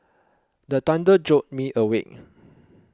the thunder jolt me awake